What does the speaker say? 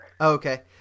okay